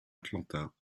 atlanta